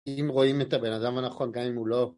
אם רואים את הבן אדם הנכון, גם אם הוא לא.